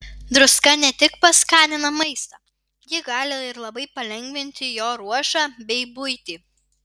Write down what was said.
druska ne tik paskanina maistą ji gali ir labai palengvinti jo ruošą bei buitį